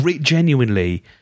genuinely